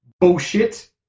bullshit